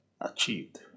achieved